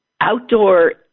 Outdoor